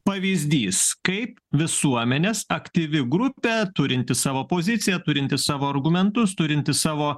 pavyzdys kaip visuomenės aktyvi grupė turinti savo poziciją turinti savo argumentus turinti savo